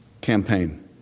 campaign